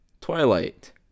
Twilight